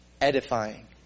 edifying